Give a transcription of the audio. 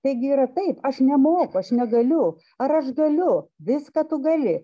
taigi yra taip aš nemoku aš negaliu ar aš galiu viską tu gali